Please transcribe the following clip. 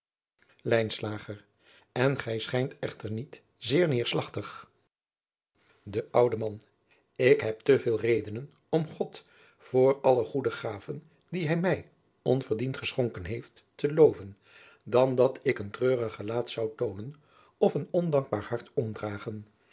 en gij schijnt echter niet zeer neerslagtig de oude man ik heb te veel redenen om god voor alle de goede gaven die hij mij onverdiend geschonken heeft te loven dan dat ik een treurig gelaat zou toonen of een ondankbaar hart omdragen